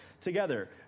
together